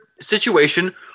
situation